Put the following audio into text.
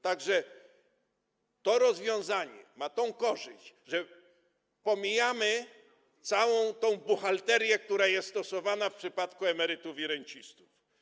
Tak że to rozwiązanie przynosi tę korzyść, że pomijamy tę całą buchalterię, która jest stosowana w przypadku emerytów i rencistów.